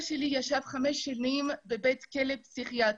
שלי ישב חמש שנים בבית כלא פסיכיאטרי.